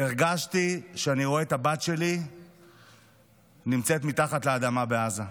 הרגשתי שאני רואה את הבת שלי נמצאת מתחת לאדמה בעזה.